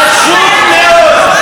פשוט מאוד.